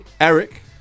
Eric